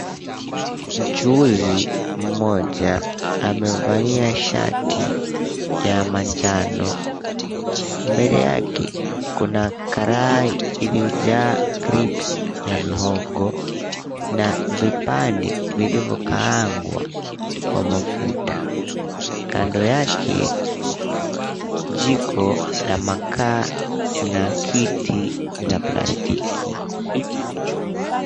Mchuuzi mmoja amevalia shati ya manjano. Mbele yake kuna karai iliyojaa crips ya mihogo na vipande vilivyokaangwa kwa mafuta. Kando yake jiko la makaa na kiti ya plastiki.